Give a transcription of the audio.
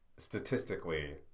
Statistically